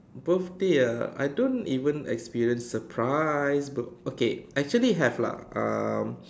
birthday ah I don't even experience surprise but okay actually have lah um